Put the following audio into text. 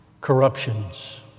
corruptions